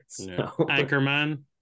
Anchorman